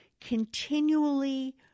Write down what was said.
continually